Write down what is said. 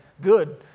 good